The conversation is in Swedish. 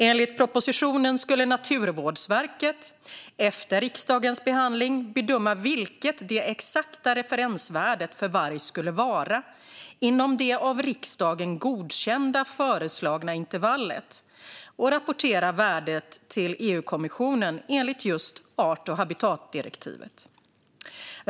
Enligt propositionen skulle Naturvårdsverket efter riksdagens behandling bedöma vilket det exakta referensvärdet för varg skulle vara inom det av riksdagen godkända föreslagna intervallet och rapportera värdet till EU-kommissionen enligt just art och habitatdirektivet.